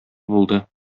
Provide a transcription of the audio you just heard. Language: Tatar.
булды